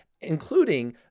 including